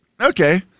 Okay